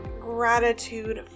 gratitude